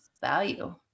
value